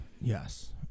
yes